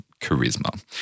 charisma